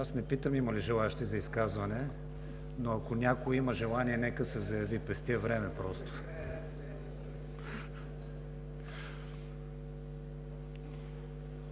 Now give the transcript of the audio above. Не питам има ли желаещи за изказване, но ако някой има желание, нека се заяви. Пестя време.